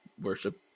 worship